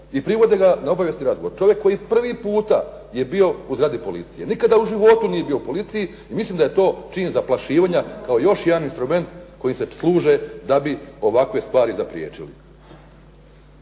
i privode ga na obavijesni razgovor. Čovjek koji prvi puta je bio u zgradi policije, nikada u životu nije bio u policiji i mislim da je to čin zaplašivanja kao još jedan instrument kojim se služe da bi ovakve stvari zapriječili.